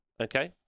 okay